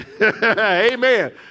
Amen